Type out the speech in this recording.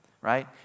right